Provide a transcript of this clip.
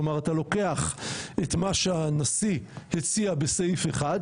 כלומר אתה לוקח את מה שהנשיא הציע בסעיף אחד,